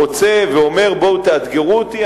רוצה ואומר: בואו תאתגרו אותי,